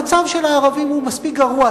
המצב של הערבים מספיק גרוע,